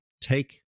take